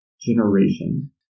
generation